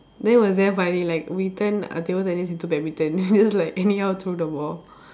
that was damn funny like we turn uh table tennis into badminton just like anyhow throw the ball